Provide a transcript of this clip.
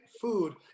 food